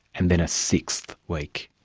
and then a sixth week.